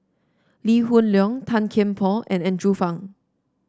Lee Hoon Leong Tan Kian Por and Andrew Phang